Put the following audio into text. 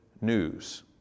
news